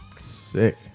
sick